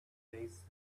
place